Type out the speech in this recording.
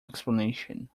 explanation